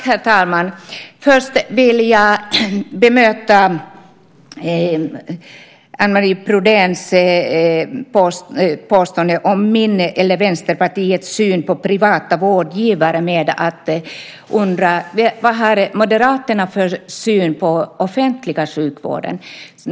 Herr talman! Först vill jag bemöta Anne Marie Brodéns påstående om min eller Vänsterpartiets syn på privata vårdgivare med att undra: Vad har Moderaterna för syn på den offentliga sjukvården?